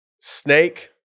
snake